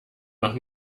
noch